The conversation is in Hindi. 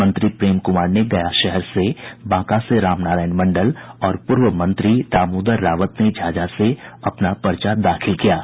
मंत्री प्रेम कुमार ने गया शहर से बांका से राम नारायण मंडल और पूर्व मंत्री दामोदर रावत ने झाझा से अपना पर्चा दाखिल किया है